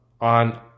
on